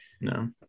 No